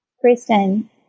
Kristen